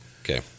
Okay